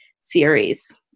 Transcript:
series